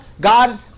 God